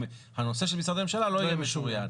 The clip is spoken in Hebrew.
הנושא של משרדי ממשלה לא יהיה משוריין.